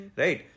right